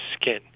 skin